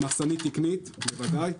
מחסנית תקנית, בוודאי.